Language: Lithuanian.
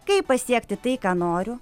kaip pasiekti tai ką noriu